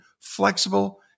flexible